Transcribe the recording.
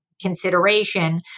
Consideration